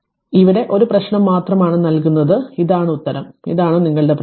അതിനാൽ ഇവിടെ ഒരു പ്രശ്നം മാത്രമാണ് ഞാൻ ഇവിടെ നൽകുന്നത് ഇതാണ് ഉത്തരം ഇതാണ് നിങ്ങളുടെ പ്രശ്നം